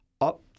up